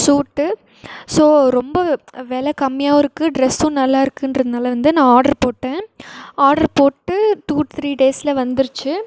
சூட்டு ஸோ ரொம்ப வெலை கம்மியாகவும் இருக்குது ட்ரெஸ்ஸும் நல்லா இருக்குதுன்றனால வந்து நான் ஆர்ட்ரு போட்டேன் ஆர்ட்ரு போட்டு டூ த்ரீ டேஸில் வந்துருச்சு